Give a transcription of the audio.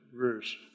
verse